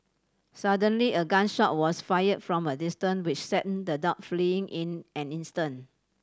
suddenly a gun shot was fired from a distance which sent the dog fleeing in an instant